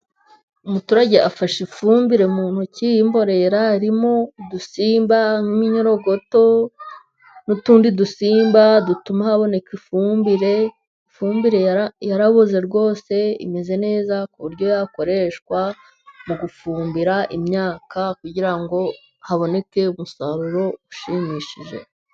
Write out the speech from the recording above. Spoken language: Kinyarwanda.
Umuturage afashe ifumbire mu ntoki y'imborera harimo udusimba nk'iminyorogoto n'utundi dusimba dutuma haboneka ifumbire. Ifumbire yarabuze rwose imeze neza ku buryo yakoreshwa mu gufumbira imyaka kugira ngo haboneke umusaruro ushimishije.